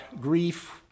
grief